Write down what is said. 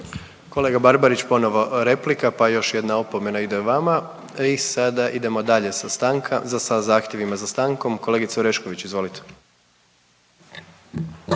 Kolega Barbarić ponovo replika pa još jedna opomena ide vama i sada idemo dalje sa zahtjevima za stankom. Kolegice Orešković, izvolite.